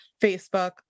Facebook